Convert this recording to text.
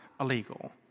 illegal